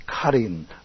cutting